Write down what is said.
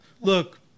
Look